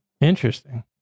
Interesting